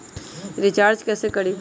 Recharge कैसे करीब?